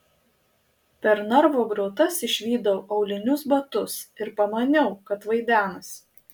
per narvo grotas išvydau aulinius batus ir pamaniau kad vaidenasi